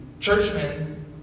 Churchmen